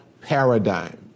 paradigm